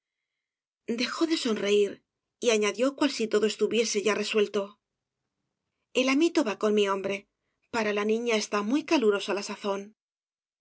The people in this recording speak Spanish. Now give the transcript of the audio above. dejó de sonreír y añadió cual si todo estuviese ya resuelto el amito va con mi hombre para la niña está muy calurosa la sazón